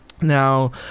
Now